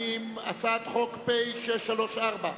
הצעת חוק פ/634,